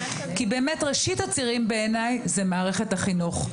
כי באמת ראשית הצירים בעיניי זו מערכת החינוך.